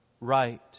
right